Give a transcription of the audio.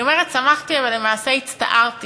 אני אומרת "שמחתי", אבל למעשה הצטערתי